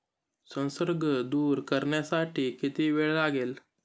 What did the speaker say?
संसर्ग दूर करण्यासाठी किती वेळ लागेल?